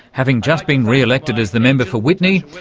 having just been re-elected as the member for witney,